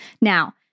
Now